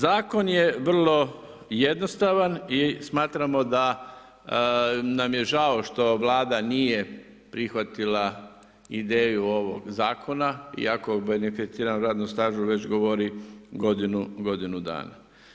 Zakon je vrlo jednostavan i smatramo da nam je žao što Vlada nije prihvatila ideju ovog Zakona iako o beneficiranom radnom stažu već govori godinu dana.